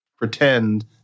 pretend